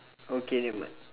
okay then what